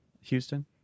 houston